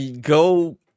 Go